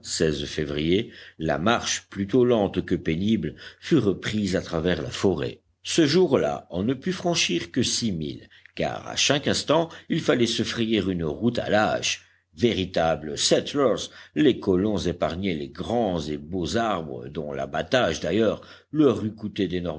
février la marche plutôt lente que pénible fut reprise à travers la forêt ce jour-là on ne put franchir que six milles car à chaque instant il fallait se frayer une route à la hache véritables setlers les colons épargnaient les grands et beaux arbres dont l'abatage d'ailleurs leur eût coûté